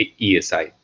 ESI